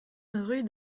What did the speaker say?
rue